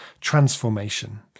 transformation